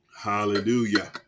Hallelujah